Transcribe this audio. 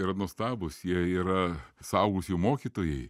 yra nuostabūs jie yra suaugusiųjų mokytojai